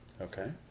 Okay